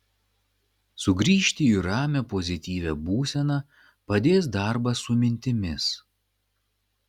sugrįžti į ramią pozityvią būseną padės darbas su mintimis